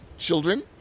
children